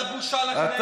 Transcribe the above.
אתה בושה לכנסת.